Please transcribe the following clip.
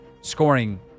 scoring